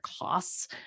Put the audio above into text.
costs